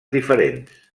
diferents